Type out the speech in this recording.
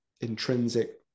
intrinsic